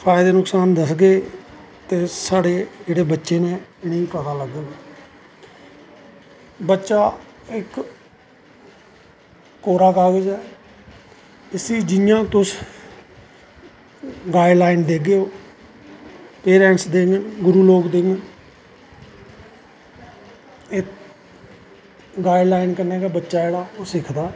फायदे नुक्सान दसगे ते साढ़े जेह्ड़े बच्चे नै इनेंगी पता लग्ग बच्चा इक कोरा कागज़ा ऐ इसी जियां तुस गाईड़ लाईनस देगो पेरैंटस देगंन गुरु लोग देंगन गाईड लाईन कन्नैं गै बच्चा जेह्ड़ा ओह् सिखदा ऐ